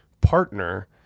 partner